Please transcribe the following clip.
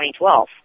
2012